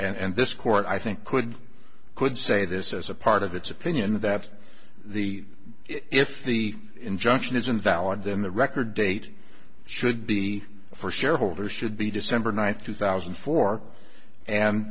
there and this court i think could could say this as a part of its opinion that the if the injunction isn't valid then the record date should be for shareholders should be december ninth two thousand and four and